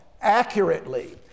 accurately